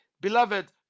Beloved